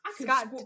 Scott